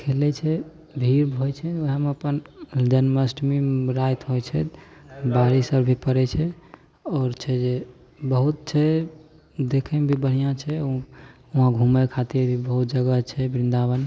खेलैत छै भीड़ होइत छै ओहएमे अप्पन जन्माष्टमी राति होइत छै बारिशसबभी पड़ैत छै आओर छै जे बहुत छै देखैमे भी बढ़िआँ छै वहाँ घुमे खातिर बहुत जगह छै बृन्दाबन